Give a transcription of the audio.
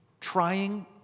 Trying